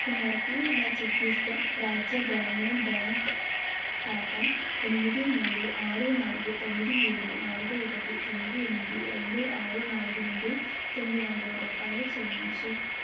కుమార్కి నా ఛత్తీస్ఘడ్ రాజ్య గ్రామీణ బ్యాంక్ ఖాతా ఎనిమిది మూడు ఆరు నాలుగు తొమ్మిది ఏడు నాలుగు ఒకటి తొమ్మిది ఎనిమిది రెండు ఆరు నాలుగు నుండి తొమ్మిది వందల రూపాయలు చెల్లించు